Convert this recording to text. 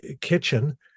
kitchen